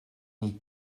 niet